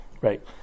right